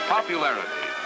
Popularity